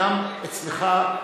גם אצלך,